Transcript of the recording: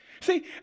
See